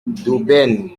d’aubaine